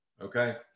okay